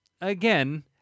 again